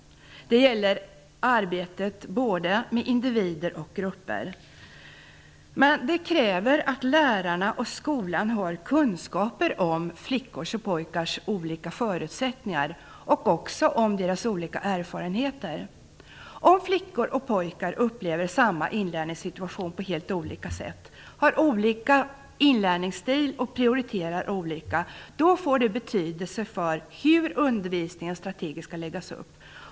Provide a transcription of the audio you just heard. Det gäller arbetet med både individer och grupper. Men det kräver att lärarna och skolan har kunskaper om flickors och pojkars olika förutsättningar och också om deras olika erfarenheter. Om flickor och pojkar upplever samma inlärningssituation på helt olika sätt, har olika inlärningsstil och prioriterar olika, då får det betydelse för hur undervisningen strategiskt skall läggas upp.